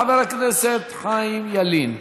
חבר הכנסת חיים ילין.